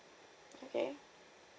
okay